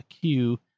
queue